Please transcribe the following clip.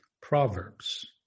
Proverbs